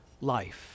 life